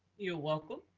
you're welcome.